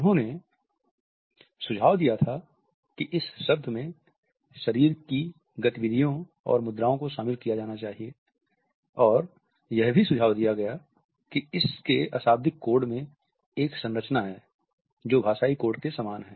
उन्होंने सुझाव दिया था कि इस शब्द में शरीर की गतिविधियों और मुद्राओं को शामिल किया जाना चाहिए और यह भी सुझाव दिया गया कि इसके अशाब्दिक कोड में एक संरचना है जो भाषाई कोड के समान है